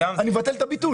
אני מבטל את הביטול.